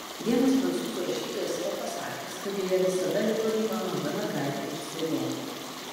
vienas prancūzų rašytojas yra pasakęs kad joje visada liko gyva maža mergaitė iš saigono